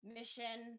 Mission